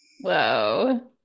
Whoa